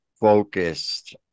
focused